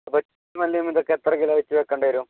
അപ്പോൾ ചെണ്ടുമല്ലിയും ഇതൊക്കെ എത്ര കിലോ വെച്ച് വെക്കേണ്ടി വരും